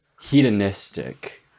hedonistic